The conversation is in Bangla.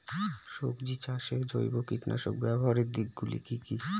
সবজি চাষে জৈব কীটনাশক ব্যাবহারের দিক গুলি কি কী?